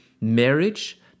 marriage